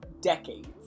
decades